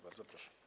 Bardzo proszę.